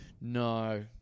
No